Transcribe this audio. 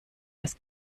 das